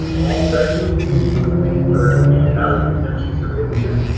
all sections need to be completed for it to be a valid exemption certificate.